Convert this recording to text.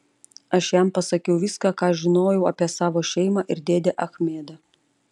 aš jam pasakiau viską ką žinojau apie savo šeimą ir dėdę achmedą